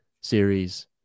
series